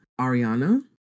Ariana